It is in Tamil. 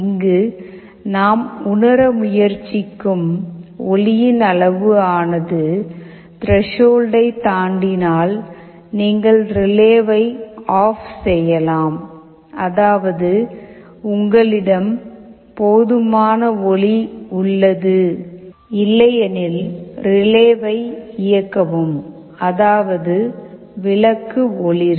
இங்கு நாம் உணர முயற்சிக்கும் ஒளியின் அளவு ஆனது திரேஷால்டை தாண்டினால் நீங்கள் ரிலேவை ஆஃப் செய்யலாம் அதாவது உங்களிடம் போதுமான ஒளி உள்ளது இல்லையெனில் ரிலேவை இயக்கவும் அதாவது விளக்கு ஒளிரும்